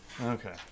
Okay